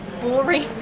boring